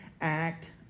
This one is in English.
act